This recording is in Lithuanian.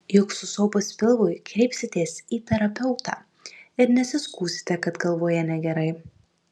juk susopus pilvui kreipsitės į terapeutą ir nesiskųsite kad galvoje negerai